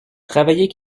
travaillait